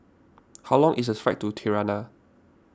how long is the flight to Tirana